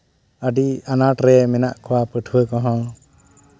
ᱟᱹᱰᱤ ᱟᱱᱟᱴ ᱨᱮ ᱢᱮᱱᱟᱜ ᱠᱚᱣᱟ ᱯᱟᱹᱴᱷᱩᱣᱟᱹ ᱠᱚᱦᱚᱸ